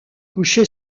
couché